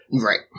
Right